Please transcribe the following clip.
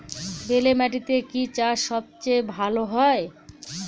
বেলে মাটিতে কি চাষ সবচেয়ে ভালো হয়?